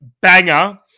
banger